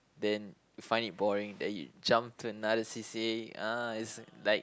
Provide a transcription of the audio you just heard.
then you find it boring then you jump to another c_c_a ah it's like